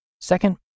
Second